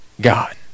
God